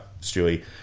Stewie